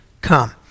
come